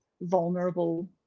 vulnerable